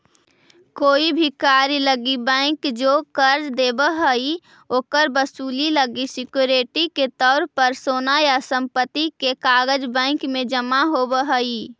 कोई भी कार्य लागी बैंक जे कर्ज देव हइ, ओकर वसूली लागी सिक्योरिटी के तौर पर सोना या संपत्ति के कागज़ बैंक में जमा होव हइ